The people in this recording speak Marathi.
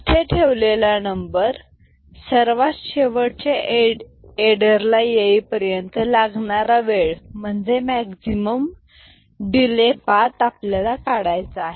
इथे ठेवलेला नंबर सर्वात शेवटच्या एडरला येईपर्यंत लागणारा वेळ म्हणजे मॅक्झिमम डिले पाथ आपल्याला काढायचा आहे